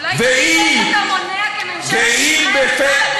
אולי זה בסדר שאתה מונע כממשלת ישראל ולא